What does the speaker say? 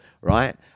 right